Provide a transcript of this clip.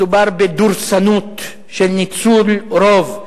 מדובר בדורסנות של ניצול רוב,